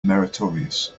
meritorious